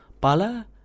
pala